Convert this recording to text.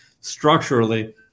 structurally